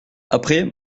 après